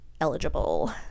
eligible